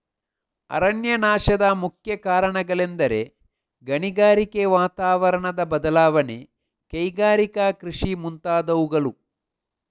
ಅರಣ್ಯನಾಶದ ಮುಖ್ಯ ಕಾರಣಗಳೆಂದರೆ ಗಣಿಗಾರಿಕೆ, ವಾತಾವರಣದ ಬದಲಾವಣೆ, ಕೈಗಾರಿಕಾ ಕೃಷಿ ಮುಂತಾದವುಗಳು